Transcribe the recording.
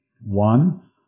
One